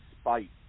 spite